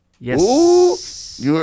Yes